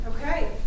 Okay